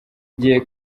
gihe